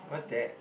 what's that